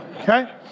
Okay